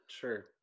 Sure